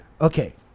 Okay